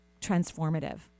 transformative